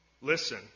listen